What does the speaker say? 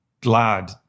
glad